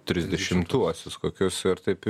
trisdešimtuosius kokius ir taip